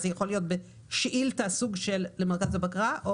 וזה יכול להיות בסוג של שאילתה למרכז הבקרה,